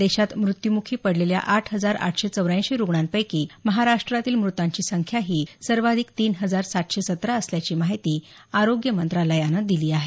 देशात मृत्यमूखी पडलेल्या आठ हजार आठशे चौऱ्याऐंशी रुग्णांपैकी महाराष्ट्रातील मृतांची संख्याही सर्वाधिक तीन हजार सातशे सतरा असल्याची माहिती आरोग्य मंत्रालयानं दिली आहे